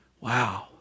Wow